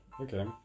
Okay